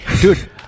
dude